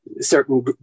certain